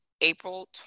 April